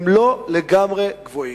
הם לא לגמרי גבוהים.